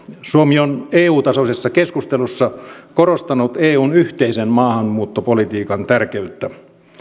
suomi on eu tasoisessa keskustelussa korostanut eun yhteisen maahanmuuttopolitiikan tärkeyttä